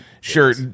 Sure